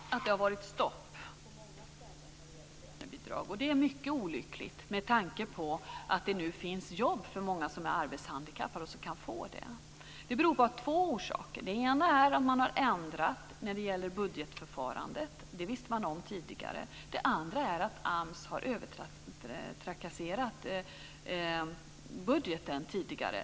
Fru talman! Det är riktigt att det på många ställen har varit stopp när det gäller lönebidrag. Det är mycket olyckligt med tanke på att det nu finns jobb att få för många arbetshandikappade. Detta har två orsaker. Den ena orsaken är att det ändrade budgetförfarandet, vilket man tidigare visste om. Den andra orsaken är att AMS har övertrasserat budgeten tidigare.